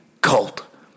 cult